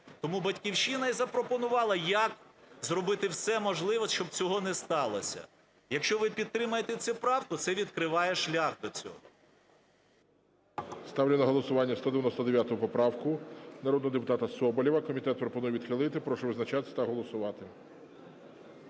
Тому "Батьківщина" і запропонувала, як зробити все можливе, щоб цього не сталося. Якщо ви підтримаєте цю правку, це відкриває шлях до цього. ГОЛОВУЮЧИЙ. Ставлю на голосування 199 поправку народного депутата Соболєва. Комітет пропонує відхилити. Прошу визначатись та голосувати.